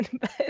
but-